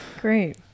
Great